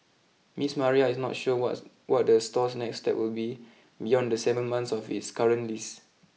Miss Maria is not sure what's what the store's next step will be beyond the seven months of its current lease